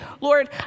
Lord